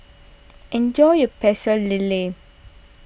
enjoy your Pecel Lele